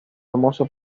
famoso